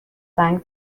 زنگ